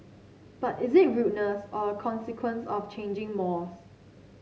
but is it rudeness or a consequence of changing mores